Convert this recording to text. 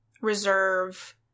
reserve